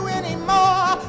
anymore